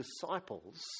disciples